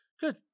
Good